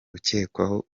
ukekwaho